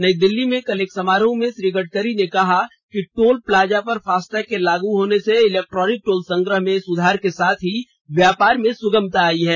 नई दिल्ली में कल एक समारोह में श्री गडकरी ने कहा कि टोल प्लाजा पर फास्टैग के लागू होने से इलेक्ट्रॉनिक टोल संग्रह में सुधार के साथ ही व्यापार में सुगमता आई है